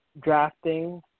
drafting